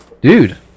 Dude